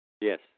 Yes